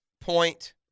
point